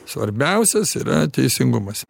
svarbiausias yra teisingumas